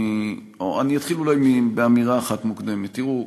אני אתחיל אולי מאמירה אחת מוקדמת: תראו,